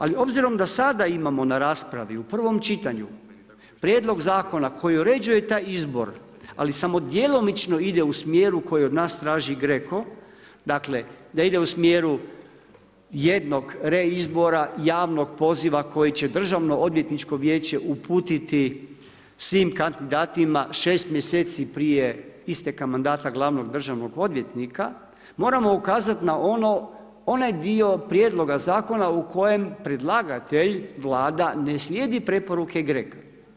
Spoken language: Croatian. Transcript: Ali obzirom da sada imamo na raspravi u prvom čitanju Prijedlog zakona koji uređuje taj izbor, ali samo djelomično ide u smjeru koji od nas traži GREC-o dakle, da ide u smjeru jednog reizbora, javnog poziva koji će Državnoodvjetničko vijeće uputiti svim kandidatima šest mjeseci prije isteka mandata glavnog državnog odvjetnika, moramo ukazati na ono, onaj dio prijedloga zakona u kojem predlagatelj Vlada ne slijedi preporuke GREC-a.